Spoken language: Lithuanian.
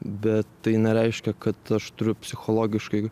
bet tai nereiškia kad aš turiu psichologiškai